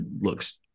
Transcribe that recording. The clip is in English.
looks